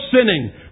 sinning